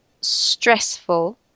stressful